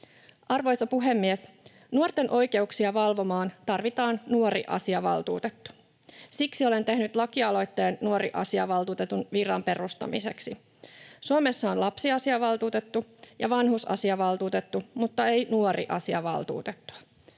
Arvoisa puhemies! Nuorten oikeuksia valvomaan tarvitaan nuoriasiavaltuutettu. Siksi olen tehnyt lakialoitteen nuoriasiavaltuutetun viran perustamiseksi. Suomessa on lapsiasia-valtuutettu ja vanhusasiavaltuutettu mutta ei nuoriasiavaltuutettua.